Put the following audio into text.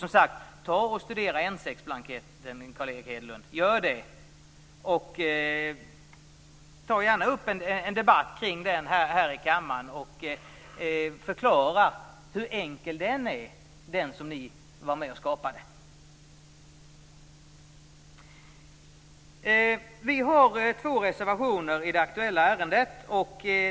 Som sagt: Ta och studera N6-blanketten, Carl Erik Hedlund, och ta gärna upp en debatt kring denna blankett här i kammaren och förklara hur enkel den är! Vi har avgett två reservationer i det aktuella ärendet.